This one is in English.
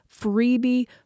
Freebie